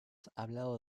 hablado